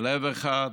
בלב אחד.